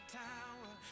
tower